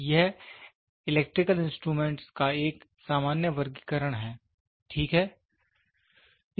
यह electrical instrument का एक सामान्य वर्गीकरण है ठीक है